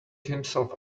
himself